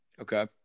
Okay